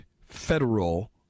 federal